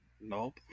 Nope